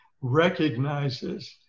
recognizes